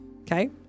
okay